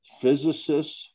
physicists